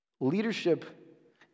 Leadership